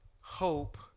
hope